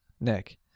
Nick